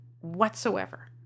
whatsoever